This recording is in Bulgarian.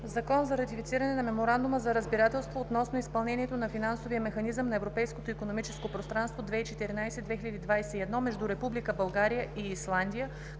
Ратифицира Меморандума за разбирателство относно изпълнението на Финансовия механизъм на Европейското икономическо пространство 2014-2021 между Република България и Исландия,